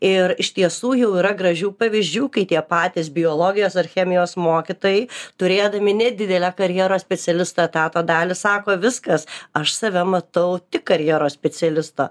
ir iš tiesų jau yra gražių pavyzdžių kai tie patys biologijos ar chemijos mokytojai turėdami nedidelę karjeros specialisto etato dalį sako viskas aš save matau tik karjeros specialisto